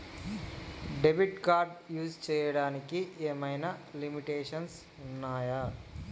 Debit card use చేయడానికి ఏమైనా limitations ఉన్నాయా?